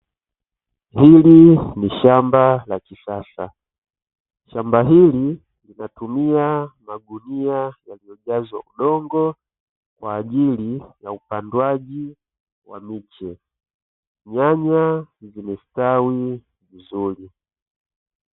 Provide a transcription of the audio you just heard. Hili ni shamba la kisasa. Shamba hili linatumia magunia yakijazwa udongo kwa ajili ya upandwaji wa miche; nyanya zimestawi vizuri.